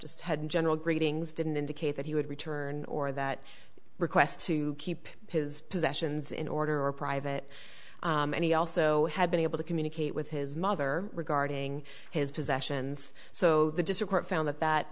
just had general greetings didn't indicate that he would return or that request to keep his possessions in order or private and he also had been able to communicate with his mother regarding his possessions so the just a court found that that